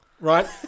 right